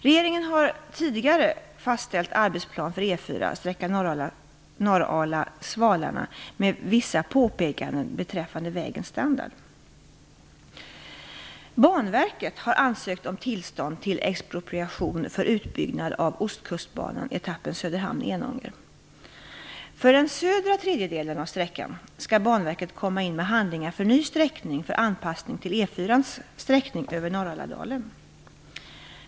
Regeringen har tidigare fastställt arbetsplan för E 4 Söderhamn-Enånger. För den södra tredjedelen av sträckan skall Banverket komma in med handlingar för ny sträckning för anpassning till E 4:ns sträckning över Norraladalen.